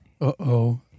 Uh-oh